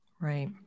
Right